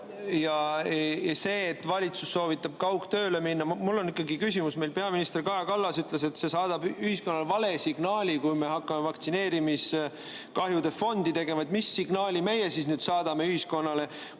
Ja see, et valitsus soovitab kaugtööle minna – mul on ikkagi küsimus. Meil peaminister Kaja Kallas ütles, et see saadab ühiskonnale vale signaali, kui me hakkame vaktsineerimiskahjude fondi tegema. Mis signaali meie siis nüüd saadame ühiskonnale,